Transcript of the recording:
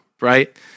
right